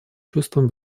чувством